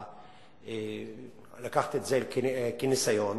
לקחתי את זה כניסיון